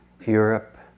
Europe